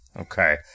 okay